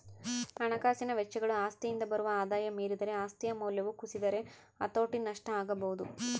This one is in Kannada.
ಹಣಕಾಸಿನ ವೆಚ್ಚಗಳು ಆಸ್ತಿಯಿಂದ ಬರುವ ಆದಾಯ ಮೀರಿದರೆ ಆಸ್ತಿಯ ಮೌಲ್ಯವು ಕುಸಿದರೆ ಹತೋಟಿ ನಷ್ಟ ಆಗಬೊದು